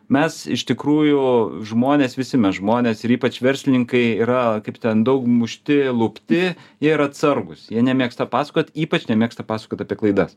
mes iš tikrųjų žmonės visi mes žmonės ir ypač verslininkai yra kaip ten daug mušti lupti jie yra atsargūs jie nemėgsta pasakot ypač nemėgsta pasakot apie klaidas